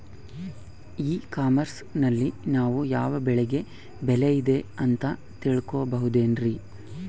E commerce ನಲ್ಲಿ ನಾವು ಯಾವ ಬೆಳೆಗೆ ಬೆಲೆ ಇದೆ ಅಂತ ತಿಳ್ಕೋ ಬಹುದೇನ್ರಿ?